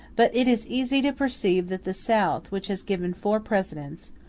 but it is easy to perceive that the south, which has given four presidents,